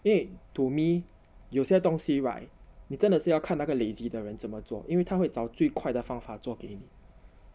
因为 to me 有些东西 right 你真的是要看那个 lazy 的人怎么做因为他会找最快的方法做给你